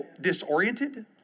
disoriented